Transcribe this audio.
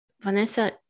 Vanessa